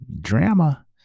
drama